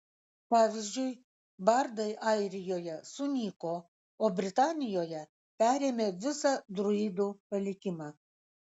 pavyzdžiui bardai airijoje sunyko o britanijoje perėmė visą druidų palikimą